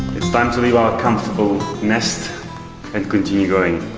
it's time to leave our comfortable nest and continue going